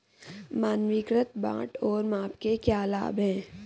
मानकीकृत बाट और माप के क्या लाभ हैं?